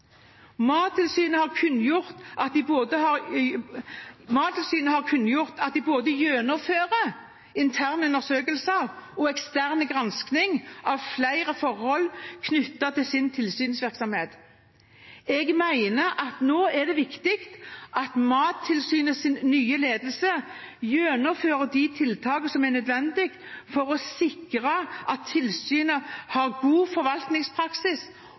Mattilsynet har kunngjort at de gjennomfører både interne undersøkelser og ekstern gransking av flere forhold knyttet til sin tilsynsvirksomhet. Jeg mener det nå er viktig at Mattilsynets nye ledelse gjennomfører de tiltakene som er nødvendig for å sikre at tilsynet har god forvaltningspraksis,